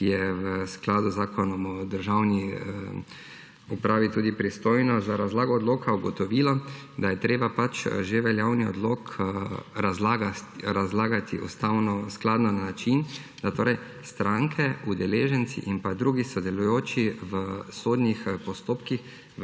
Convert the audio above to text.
ki je v skladu z Zakonom o državni upravi tudi pristojno za razlago odloka, ugotovilo, da je treba že veljavni odlok razlagati ustavnoskladno na način, da torej stranke, udeleženci in pa drugi sodelujoči v sodnih postopkih